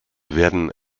werden